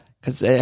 Cause